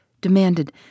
demanded